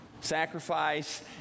sacrifice